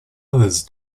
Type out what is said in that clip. others